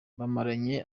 bamaranye